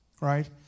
right